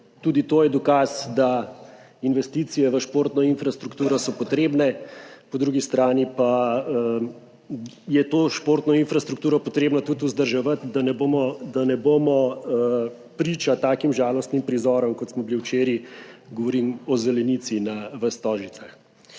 Tudi to je dokaz, da investicije v športno infrastrukturo so potrebne, po drugi strani pa je to športno infrastrukturo potrebno tudi vzdrževati, da ne bomo priča takim žalostnim prizorom, kot smo jim bili včeraj, govorim o zelenici v Stožicah.